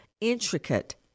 intricate